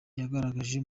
yagaragaje